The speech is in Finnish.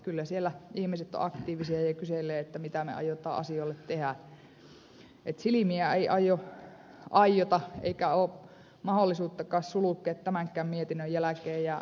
kyllä siellä ihmiset ovat aktiivisia ja kyselee mitä me aiotaan asioille tehä että silimiä ei aiota eikä oo mahollisuuttakaan sulukee tämänkään mietinnön jäläkeen